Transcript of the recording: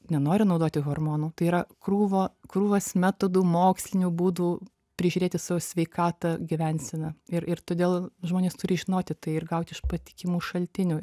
nenori naudoti hormonų tai yra krūva krūvos metodų mokslinių būdų prižiūrėti savo sveikatą gyvenseną ir ir todėl žmonės turi žinoti tai ir gauti iš patikimų šaltinių